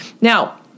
Now